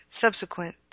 subsequent